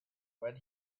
when